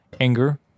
anger